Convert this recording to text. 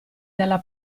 dalla